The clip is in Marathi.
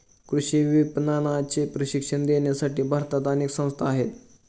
कृषी विपणनाचे प्रशिक्षण देण्यासाठी भारतात अनेक संस्था आहेत